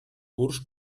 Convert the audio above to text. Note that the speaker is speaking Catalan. curs